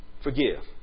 Forgive